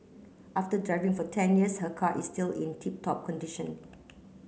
after driving for ten years her car is still in tip top condition